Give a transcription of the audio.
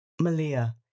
Malia